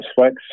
Flex